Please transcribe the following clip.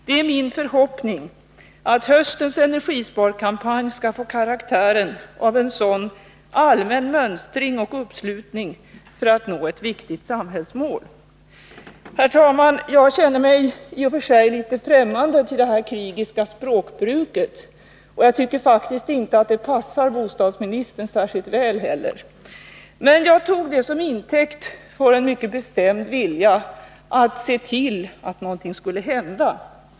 Det är min förhoppning att höstens energisparkampanj skall få karaktär av en sådan allmän mönstring och uppslutning för att nå ett viktigt samhällsmål.” Herr talman! Detta krigiska språkbruk är i och för sig litet främmande för mig, och jag tycker faktiskt inte att det passar bostadsministern särskilt väl heller, men jag tog det som intäkt för att det fanns en mycket bestämd vilja att se till att någonting skulle hända.